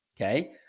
okay